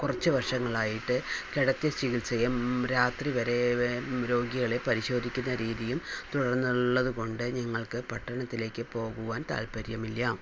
കുറച്ചു വർഷങ്ങളായിട്ട് കിടത്തി ചികിത്സയും രാത്രി വരെ രോഗികളെ പരിശോധിക്കുന്ന രീതിയും തുടർന്ന് ഉള്ളതുകൊണ്ട് ഞങ്ങൾക്ക് പട്ടണത്തിലേക്ക് പോകുവാൻ താൽപര്യമില്ല